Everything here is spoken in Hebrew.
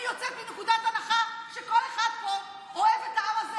אני יוצאת מנקודת הנחה שכל אחד פה אוהב את העם הזה